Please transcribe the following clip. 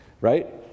right